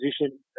position